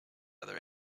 other